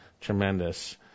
Tremendous